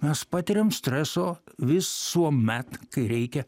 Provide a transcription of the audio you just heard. mes patiriam streso visuomet kai reikia